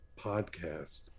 podcast